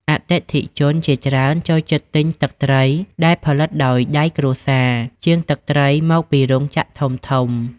អតិថិជន ជាច្រើនចូលចិត្តទិញទឹកត្រីដែលផលិតដោយដៃគ្រួសារ ជាងទឹកត្រីមកពីរោងចក្រធំៗ។